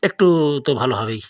একটু তো ভালো হবেই